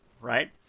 right